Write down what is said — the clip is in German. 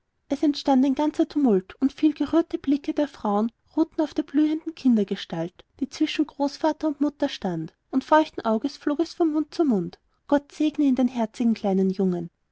es entstand ein ganzer tumult und viel gerührte blicke der frauen ruhten auf der blühenden kindergestalt die zwischen großvater und mutter stand und feuchten auges flog es von mund zu mund gott segne ihn den herzigen kleinen jungen